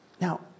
Now